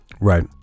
Right